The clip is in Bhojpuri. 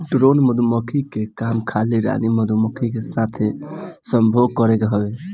ड्रोन मधुमक्खी के काम खाली रानी मधुमक्खी के साथे संभोग करल हवे